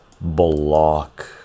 block